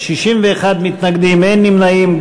61 מתנגדים, אין נמנעים.